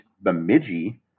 Bemidji